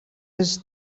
his